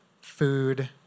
food